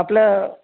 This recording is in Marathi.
आपल्या